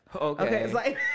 Okay